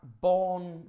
born